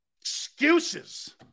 Excuses